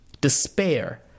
despair